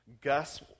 Gus